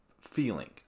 feeling